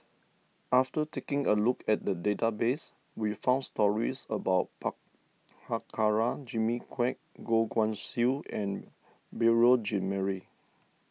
after taking a look at the database we found stories about par Prabhakara Jimmy Quek Goh Guan Siew and Beurel Jean Marie